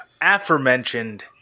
aforementioned